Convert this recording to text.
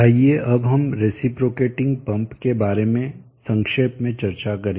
आइए अब हम रेसिप्रोकेटिंग पंप के बारे में संक्षेप में चर्चा करें